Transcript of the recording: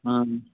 ꯎꯝ